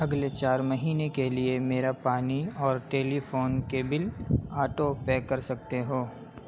اگلے چار مہینے کے لیے میرا پانی اور ٹیلیفون کے بل آٹو پے کر سکتے ہو